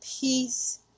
peace